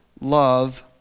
love